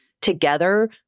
together